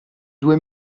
due